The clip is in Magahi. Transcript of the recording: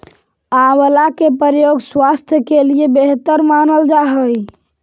आंवला के प्रयोग स्वास्थ्य के लिए बेहतर मानल जा हइ